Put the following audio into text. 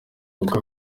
kuko